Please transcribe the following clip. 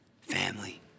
Family